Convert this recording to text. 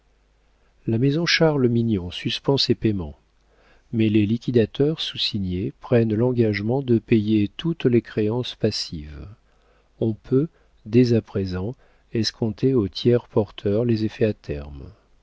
la maison charles mignon suspend ses payements mais les liquidateurs soussignés prennent l'engagement de payer toutes les créances passives on peut dès à présent escompter aux tiers porteurs les effets à terme